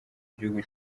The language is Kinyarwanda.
gihugu